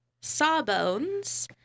Sawbones